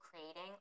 creating